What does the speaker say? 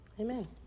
Amen